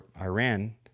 Iran